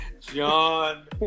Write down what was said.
John